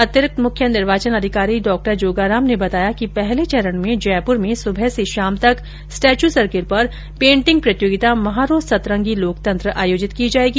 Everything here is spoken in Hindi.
अतिरिक्त मुख्य निर्वाचन अधिकारी डॉ जोगाराम ने बताया कि पहले चरण में जयपूर में सुबह से शाम तक स्टेच्यू सर्किल पर पेंटिंग प्रतियोगिता म्हारो सतरंगी लोकतंत्र आयोजित की जाएगी